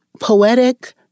Poetic